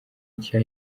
nshya